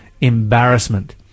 embarrassment